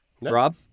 Rob